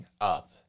up